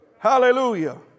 Hallelujah